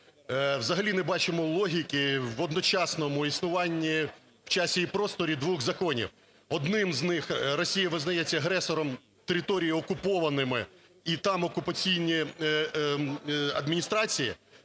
взагалі не бачимо логіки в одночасному існуванні в часі і просторі двох законів. Одним з них Росія визнається агресором, території окупованими, і там окупаційні адміністрації.